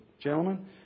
gentlemen